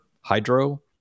hydro